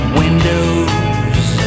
windows